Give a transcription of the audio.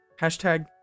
Hashtag